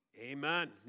Amen